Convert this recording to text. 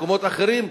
במקומות אחרים,